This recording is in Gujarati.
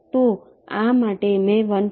તો આ માટે મેં 1